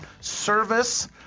service